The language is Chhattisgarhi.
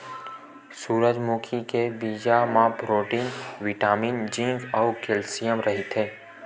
सूरजमुखी के बीजा म प्रोटीन, बिटामिन, जिंक अउ केल्सियम रहिथे